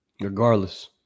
Regardless